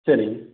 சரிங்க